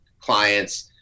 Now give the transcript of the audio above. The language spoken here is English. clients